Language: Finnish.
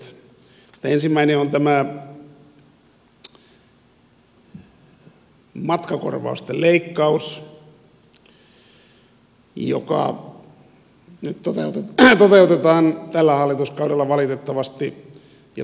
niistä ensimmäinen on tämä matkakorvausten leikkaus joka toteutetaan tällä hallituskaudella valitettavasti jo toisen kerran